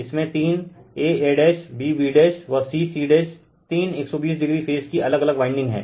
इसमे तीन a a' b b' व c c' तीन 120o फेज कि अलग अलग वाइंडिग है